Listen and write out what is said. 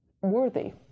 worthy